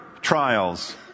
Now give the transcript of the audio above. trials